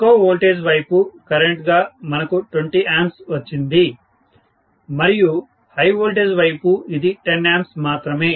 తక్కువ వోల్టేజ్ వైపు కరెంట్ గా మనకు 20 A వచ్చింది మరియు హై వోల్టేజ్ వైపు ఇది 10 A మాత్రమే